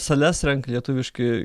sales renka lietuviški